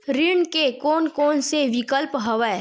ऋण के कोन कोन से विकल्प हवय?